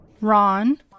Ron